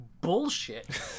bullshit